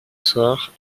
soir